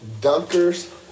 dunkers